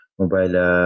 mobile